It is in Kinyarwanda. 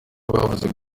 bavuze